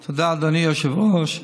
תודה, אדוני היושב-ראש.